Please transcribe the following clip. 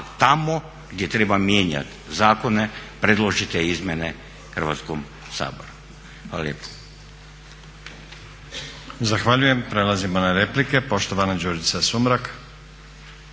tamo gdje treba mijenjati zakone predložite izmjene Hrvatskom saboru. Hvala lijepo.